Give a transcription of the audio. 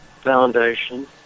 Foundation